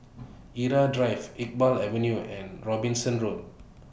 Irau Drive Iqbal Avenue and Robinson Road